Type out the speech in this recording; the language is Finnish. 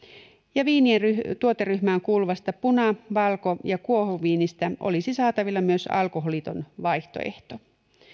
ja viinien tuoteryhmään kuuluvista puna valko ja kuohuviinistä olisi saatavilla myös alkoholiton vaihtoehto